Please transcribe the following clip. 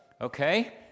okay